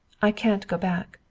i can't go back.